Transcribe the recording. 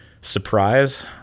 surprise